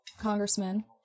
congressman